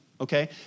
okay